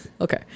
Okay